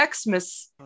Xmas